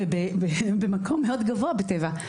במקום מאוד גבוה בטבע.